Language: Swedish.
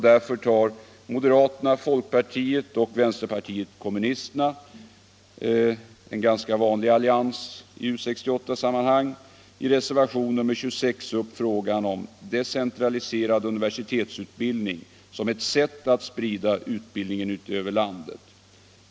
Därför tar moderaterna, folkpartiet och vpk — en ganska vanlig allians i U 68-sammanhang -— i reservationen 26 upp frågan om decentraliserad universitetsutbildning som ett sätt att sprida utbildningen över landet.